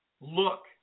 Look